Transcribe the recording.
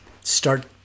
start